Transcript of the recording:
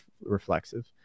reflexive